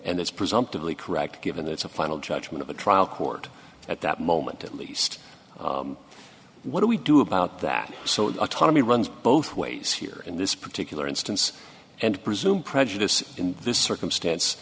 and it's presumptively correct given that it's a final judgment of a trial court at that moment at least what do we do about that so autonomy runs both ways here in this particular instance and presume prejudice in this circumstance